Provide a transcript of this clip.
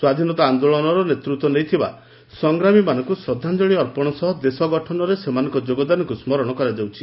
ସ୍ୱାଧୀନତା ଆନ୍ଦୋଳନରେ ନେତୃତ୍ୱ ନେଇଥିବା ସଂଗ୍ରାମୀମାନଙ୍କୁ ଶ୍ରଦ୍ବାଞ୍ଞଳି ଅର୍ପଣ ସହ ଦେଶଗଠନରେ ସେମାନଙ୍କ ଯୋଗଦାନକୁ ସ୍କରଣ କରାଯାଉଛି